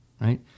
right